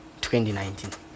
2019